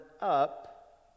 up